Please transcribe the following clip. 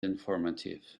informative